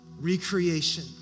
recreation